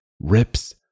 rips